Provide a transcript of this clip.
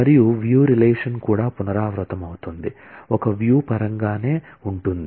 మరియు వ్యూ పరంగానే ఉంటుంది